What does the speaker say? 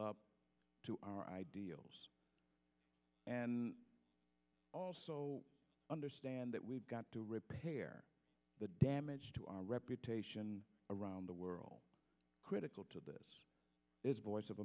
up to our ideals and also understand that we've got to repair the damage to our reputation around the world critical to this is voice of